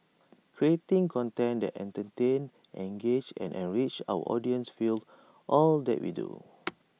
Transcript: creating content that entertains engages and enriches our audiences fuels all that we do